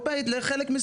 לכל הפועלים בדבר?